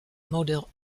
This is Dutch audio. model